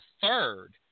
third